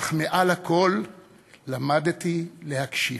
אך מעל הכול למדתי להקשיב.